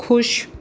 ਖੁਸ਼